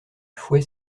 fouet